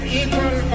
equal